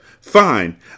Fine